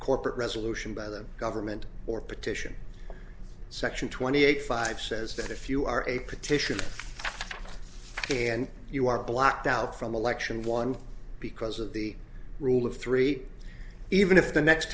corporate resolution by the government or petition section twenty eight five says that if you are a petition and you are blocked out from election one because of the rule of three even if the next